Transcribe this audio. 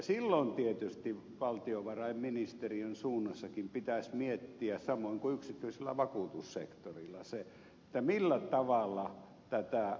silloin tietysti valtiovarainministeriön suunnassakin pitäisi miettiä samoin kuin yksityisellä vakuutussektorilla millä tavalla tätä turvaa etsitään